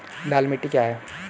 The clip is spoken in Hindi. लाल मिट्टी क्या है?